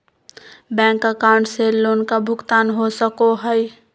Bank account से loan का भुगतान हो सको हई?